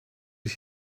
ich